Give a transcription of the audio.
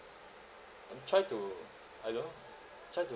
and try to I don't know try to